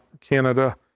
Canada